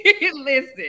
Listen